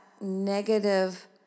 negative